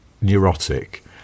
neurotic